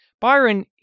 byron